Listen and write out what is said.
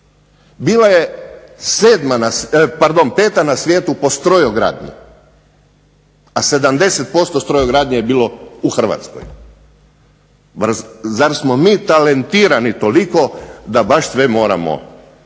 Bila je pardon 5 na svijetu po strojo gradnji, a 70% strojo gradnje je bilo u Hrvatskoj. Zar smo mi talentirani toliko da baš sve moramo srozati